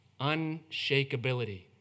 Unshakeability